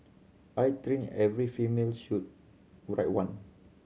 I think every family should write one